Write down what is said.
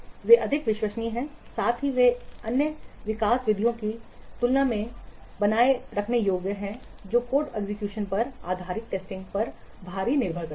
वे अधिक विश्वसनीय हैं साथ ही वे अन्य विकास विधियों की तुलना में बनाए रखने योग्य हैं जो कोड एग्जीक्यूशन पर आधारित टेस्टिंग पर भारी निर्भर हैं